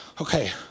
okay